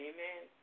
Amen